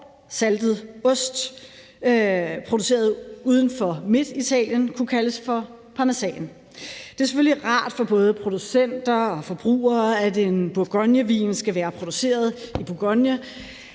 saltet ost produceret uden for Midtitalien kunne kaldes for parmesan. Det er selvfølgelig rart for både producenter og forbrugere, at en bourgognevin skal være produceret i Bourgogne,